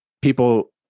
people